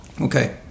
Okay